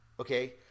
Okay